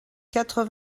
quatre